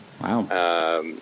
Wow